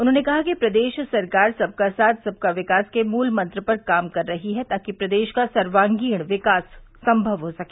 उन्होंने कहा कि प्रदेश सरकार सबका साथ सबका विकास के मूल मंत्र पर काम कर रही है ताकि प्रदेश का सर्वगीण विकास संभव हो सके